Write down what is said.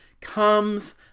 comes